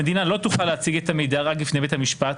המדינה לא תוכל להציג את המידע רק בפני בית המשפט,